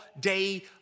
day